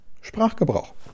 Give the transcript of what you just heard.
Sprachgebrauch